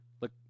Look